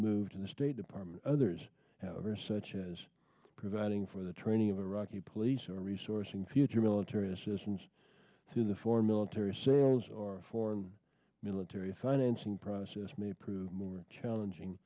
move to the state department others however such as providing for the training of iraqi police or resourcing future military assistance through the foreign military sales or foreign military financing process may prove more challenging